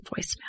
voicemail